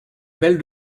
belle